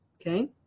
okay